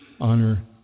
honor